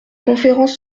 conférence